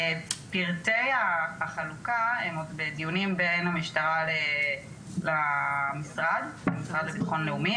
פרטי החלוקה הם עוד בדיונים בין המשטרה למשרד לביטחון לאומי,